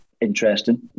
interesting